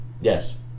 Yes